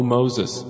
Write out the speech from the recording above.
Moses